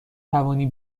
توانی